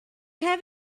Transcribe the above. have